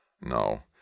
No